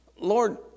Lord